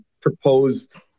proposed